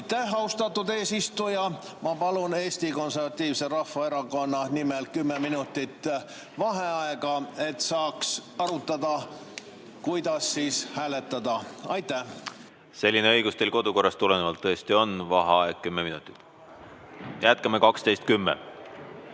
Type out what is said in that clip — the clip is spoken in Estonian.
Aitäh, austatud eesistuja! Ma palun Eesti Konservatiivse Rahvaerakonna nimel kümme minutit vaheaega, et saaks arutada, kuidas siis hääletada. Selline õigus teil kodukorrast tulenevalt tõesti on. Vaheaeg kümme minutit. Jätkame kell